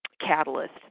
catalyst